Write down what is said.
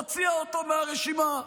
הוציאה אותו מהרשימה.